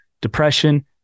depression